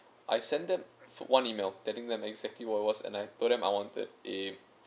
I send them one email telling them exactly what it was and I told them I wanted a